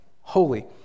holy